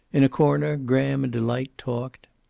in a corner graham and delight talked.